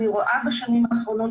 אני בשנים האחרונות,